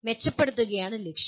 മെച്ചപ്പെടുത്തുകയാണ് ലക്ഷ്യം